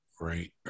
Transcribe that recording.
Right